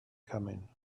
coming